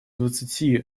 двадцати